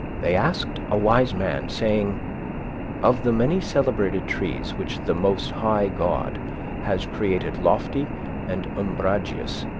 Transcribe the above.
they asked a wise man, saying of the many celebrated trees which the most high god has created lofty and umbrageous,